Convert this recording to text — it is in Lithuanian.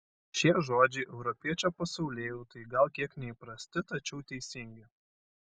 šie žodžiai europiečio pasaulėjautai gal kiek neįprasti tačiau teisingi